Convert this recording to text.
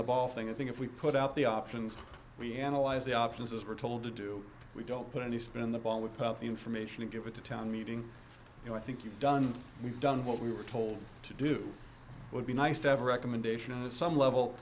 the ball thing i think if we put out the options we analyze the options as we're told to do we don't put any spin the ball we put out the information and give it to town meeting you know i think you've done we've done what we were told to do would be nice to have a recommendation on the some level